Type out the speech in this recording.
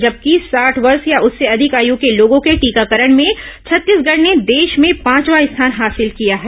जबकि साठ वर्ष या उससे अधिक आयू के लोगों के टीकाकरण में छत्तीसगढ ने देश में पांचवां स्थान हासिल किया है